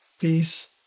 Peace